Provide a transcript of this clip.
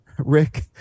rick